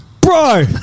bro